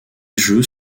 jeux